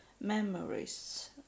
memories